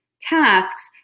tasks